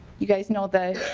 you guys know the